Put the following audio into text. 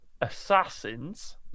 Assassins